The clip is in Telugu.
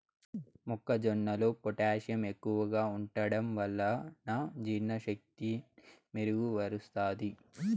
మొక్క జొన్నలో పొటాషియం ఎక్కువగా ఉంటడం వలన జీర్ణ శక్తిని మెరుగు పరుస్తాది